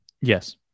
Yes